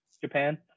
Japan